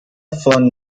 von